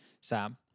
sam